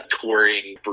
touring